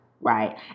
right